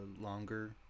longer